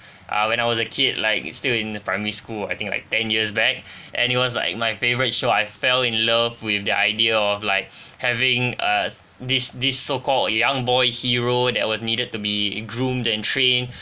uh when I was a kid like it's still in primary school I think like ten years back and it was like my favorite show I fell in love with their idea of like having err this this so called a young boy hero that was needed to be groomed and trained